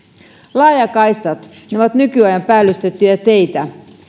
laajakaistat ovat nykyajan päällystettyjä teitä